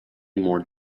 more